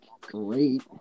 great